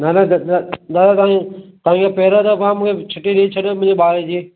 न न द द दादा तव्हां इअं तव्हां इहो पहिरियों दफ़ो आहे मूंखे छुटी ॾेई छॾियोसि मुंहिंजे ॿार जी